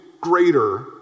greater